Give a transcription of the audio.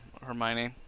Hermione